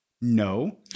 No